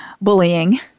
bullying